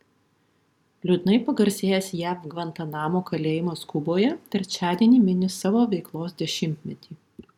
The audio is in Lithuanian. liūdnai pagarsėjęs jav gvantanamo kalėjimas kuboje trečiadienį mini savo veiklos dešimtmetį